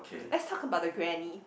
let's talk about the granny